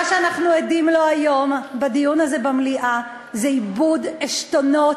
מה שאנחנו עדים לו היום בדיון הזה במליאה זה איבוד עשתונות